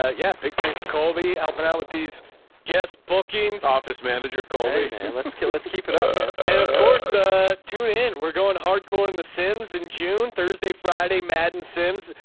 a yeah big, thanks to colby. i'll put out with these guests bookings, office manager, cole let's kill. let's keep it up, man. and of course, ah, tuned in we're going hardcore in the sims in june thursday, friday, madden simms,